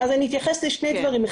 אני אתייחס לשני דברים.